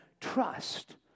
trust